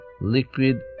liquid